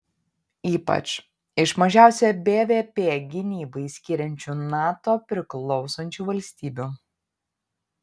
ypač iš mažiausią bvp gynybai skiriančių nato priklausančių valstybių